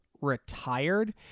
retired